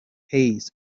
hays